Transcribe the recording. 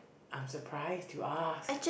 I'm surprised you asked